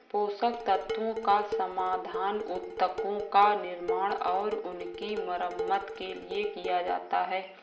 पोषक तत्वों का समाधान उत्तकों का निर्माण और उनकी मरम्मत के लिए किया जाता है